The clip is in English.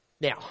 Now